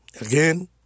again